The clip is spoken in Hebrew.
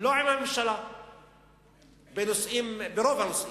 עם הממשלה ברוב הנושאים.